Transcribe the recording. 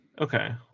Okay